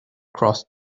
crossed